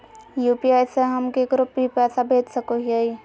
UPI से हम केकरो भी पैसा भेज सको हियै?